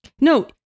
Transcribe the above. No